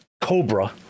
cobra